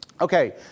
Okay